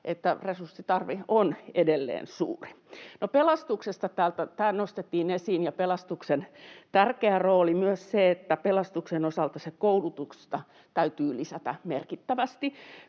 resurssitarve on edelleen suuri. No pelastus täällä nostettiin esiin ja pelastuksen tärkeä rooli, myös se, että pelastuksen osalta koulutusta täytyy lisätä merkittävästi.